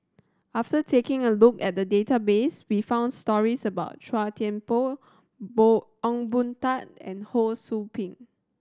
after taking a look at the database we found stories about Chua Thian Poh Poh Ong Boon Tat and Ho Sou Ping